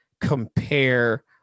compare